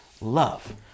love